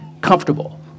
comfortable